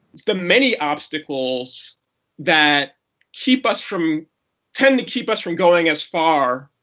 the many obstacles that keep us from tend to keep us from going as far,